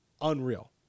unreal